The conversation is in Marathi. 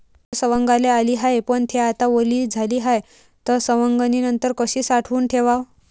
तूर सवंगाले आली हाये, पन थे आता वली झाली हाये, त सवंगनीनंतर कशी साठवून ठेवाव?